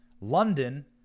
London